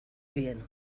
bien